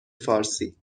فارسی